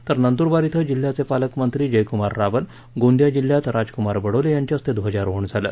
तर नंदुरबार इथ जिल्ह्याचे पालकमंत्री जयकुमार रावल गोंदिया जिल्ह्यात राजकुमार बडोले यांच्या हस्ते ध्वजारोहण झालं